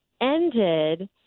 ended